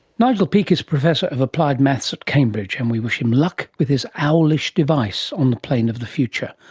nigel peake is professor of applied maths at cambridge, and we wish him luck with his owl-ish device on the plane of the future,